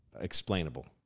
explainable